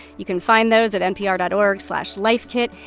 you can find those at npr dot org slash lifekit.